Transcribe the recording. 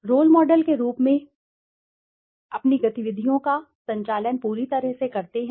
role model के रूप में अपनी गतिविधियों का संचालन पूरी तरह से करते हैं